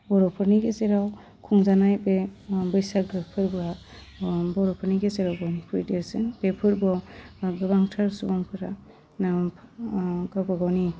बर'फोरनि गेजेराव खुंजानाय बे बैसागो फोरबोआ बर'फोरनि गेजेरावबो ख्रुइ देरसिन बे फोरबोआव गोबांथार सुबुंफोरा ना गाबागावनि